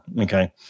Okay